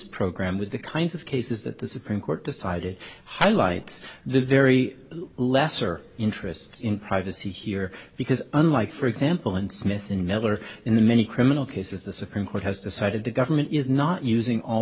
program with the kinds of cases that the supreme court decided highlights the very lesser interests in privacy here because unlike for example in smith and miller in the many criminal cases the supreme court has decided the government is not using all